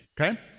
Okay